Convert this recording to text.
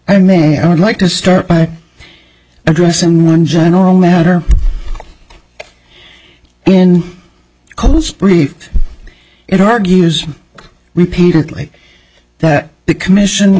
i may i would like to start by addressing one general matter in columns brief it argues repeatedly that the commission